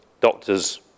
doctor's